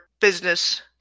business